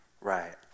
Right